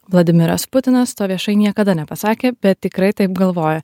vladimiras putinas to viešai niekada nepasakė bet tikrai taip galvoja